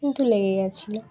কিন্তু লেগে গেছিলো